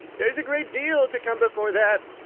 there's a great deal to come before that!